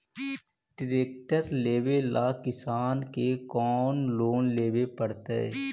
Tractor लेवेला किसान के कौन लोन लेवे पड़तई?